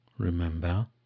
Remember